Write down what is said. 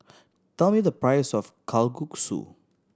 tell me the price of Kalguksu